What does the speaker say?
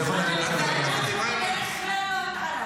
אתה יחד עם איימן.